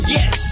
Yes